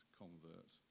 convert